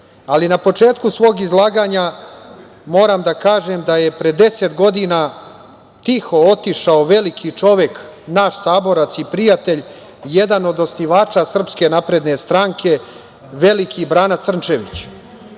državi. Na početku svog izlaganja moram da kažem da je pre deset godina tiho otišao veliki čovek, naš saborac i prijatelj, jedan od osnivača Srpske napredne stranke, veliki Brana Crnćević,